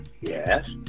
Yes